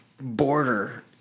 border